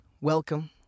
welcome